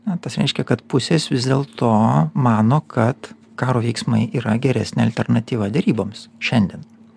na tas reiškia kad pusės vis dėlto mano kad karo veiksmai yra geresnė alternatyva deryboms šiandien